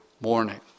morning